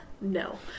no